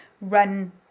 run